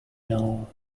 know